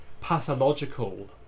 pathological